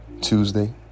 Tuesday